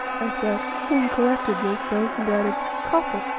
i said, then corrected myself and added, copper,